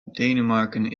denemarken